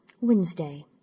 Wednesday